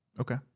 okay